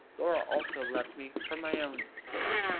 laura also loves me for my own sake.